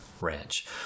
ranch